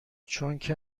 چونکه